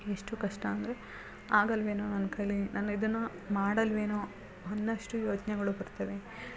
ಎಷ್ಟು ಕಷ್ಟ ಅಂದರೆ ಆಗಲ್ಲವೇನೋ ನನ್ನ ಕೈಲಿ ನಾನು ಇದನ್ನು ಮಾಡಲ್ಲವೇನೋ ಅನ್ನಷ್ಟು ಯೋಚನೆಗಳು ಬರ್ತವೆ ಮತ್ತು